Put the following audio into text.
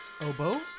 Oboe